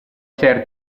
certe